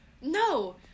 no